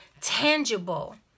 tangible